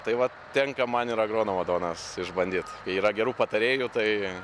tai va tenka man ir agronomo duonos išbandyt kai yra gerų patarėjų tai